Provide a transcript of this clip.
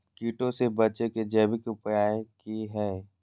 कीटों से बचे के जैविक उपाय की हैय?